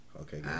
Okay